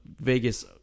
Vegas